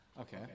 Okay